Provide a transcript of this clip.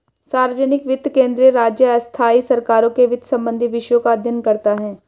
सार्वजनिक वित्त केंद्रीय, राज्य, स्थाई सरकारों के वित्त संबंधी विषयों का अध्ययन करता हैं